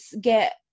get